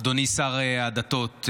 אדוני שר הדתות,